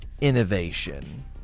innovation